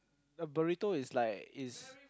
a burrito is like is